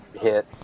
hit